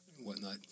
whatnot